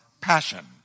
passion